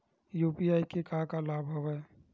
UPI के का का लाभ हवय?